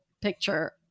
picture